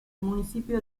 municipio